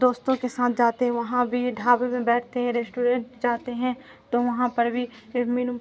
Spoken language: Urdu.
دوستوں کے ساتھ جاتے ہیں وہاں بھی ڈھابے میں بیٹھتے ہیں ریسٹورینٹ جاتے ہیں تو وہاں پر بھیھر مین